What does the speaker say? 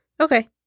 Okay